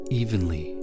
evenly